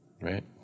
right